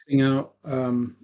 out